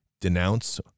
denounce